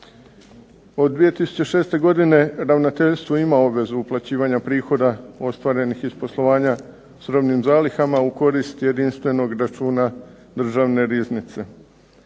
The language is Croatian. Od 2006. godine ravnateljstvo ima obvezu uplaćivanja prihoda ostvarenih iz poslovanja s robnim zalihama, u korist jedinstvenog računa državne riznice.